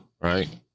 right